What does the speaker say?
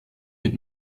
mit